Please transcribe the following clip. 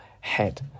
head